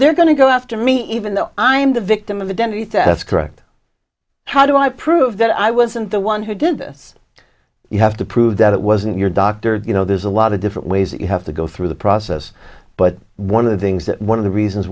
they're going to go after me even though i'm the victim of identity theft correct how do i prove that i wasn't the one who did this you have to prove that it wasn't your doctor you know there's a lot of different ways that you have to go through the process but one of the things that one of the reasons